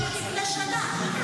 יאללה, כמו לפני שנה.